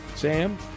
Sam